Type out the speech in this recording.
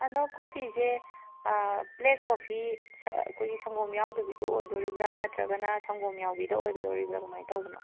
ꯑꯗꯣ ꯀꯣꯐꯤꯁꯦ black coffee ꯑꯩꯈꯣꯏꯒꯤ ꯁꯪꯒꯣꯝ ꯌꯥꯎꯗꯕꯤꯗꯣ ꯑꯣꯏꯗꯧꯔꯤꯕ꯭ꯔꯥ ꯅꯠꯇ꯭ꯔꯒꯅ ꯁꯪꯒꯣꯝ ꯌꯥꯎꯕꯤꯗ ꯑꯣꯏꯒꯗꯧꯔꯤꯕ꯭ꯔꯥ ꯀꯃꯥꯏꯅ ꯇꯧꯕꯅꯣ